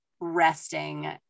resting